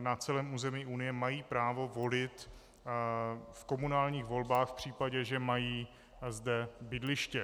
na celém území Unie mají právo volit v komunálních volbách v případě, že mají zde bydliště.